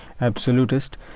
absolutist